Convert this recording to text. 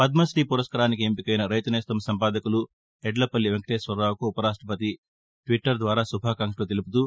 పద్మతీ పురస్మారానికి ఎంపికైన రైతునేస్తం సంపాదకులు యడ్లపల్లి వెంకటేశ్వరరావుకు ఉప రాష్టపతి ట్విటర్ ద్వారా శుభాకాంక్షలు తెలుపుతూ